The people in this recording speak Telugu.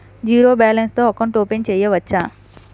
జీరో బాలన్స్ తో అకౌంట్ ఓపెన్ చేయవచ్చు?